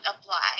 apply